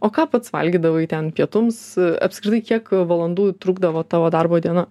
o ką pats valgydavai ten pietums apskritai kiek valandų trukdavo tavo darbo diena